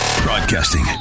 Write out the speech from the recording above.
Broadcasting